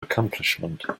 accomplishment